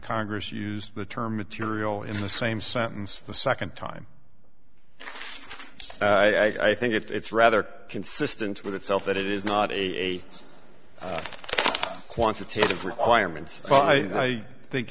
congress used the term material in the same sentence the second time and i think it's rather consistent with itself that it is not a quantitative requirement but i think